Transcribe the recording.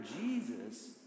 Jesus